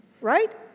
Right